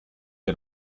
wir